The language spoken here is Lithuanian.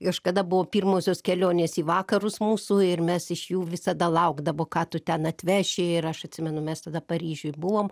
kažkada buvo pirmosios kelionės į vakarus mūsų ir mes iš jų visada laukdavo ką tu ten atveši ir aš atsimenu mes tada paryžiuj buvom